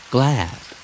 Glad